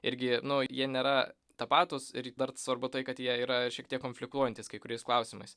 irgi nu jie nėra tapatūs ir dar svarbu tai kad jie yra šiek tiek konfliktuojantys kai kuriais klausimais